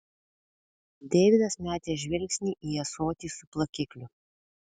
deividas metė žvilgsnį į ąsotį su plakikliu